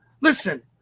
Listen